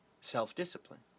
self-discipline